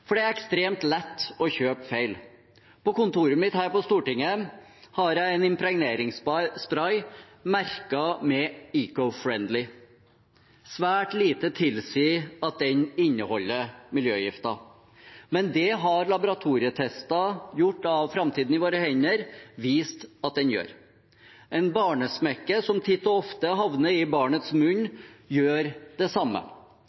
For det er ekstremt lett å kjøpe feil. På kontoret mitt her på Stortinget har jeg en impregneringsspray merket med «eco friendly». Svært lite tilsier at den inneholder miljøgifter, men det har laboratorietester – gjort av Framtiden i våre hender – vist at den gjør. En barnesmekke, som titt og ofte havner i barnets munn, gjør det samme.